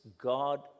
God